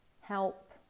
help